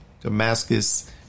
Damascus